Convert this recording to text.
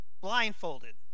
blindfolded